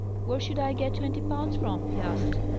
where should i get twenty pounds from? he asked.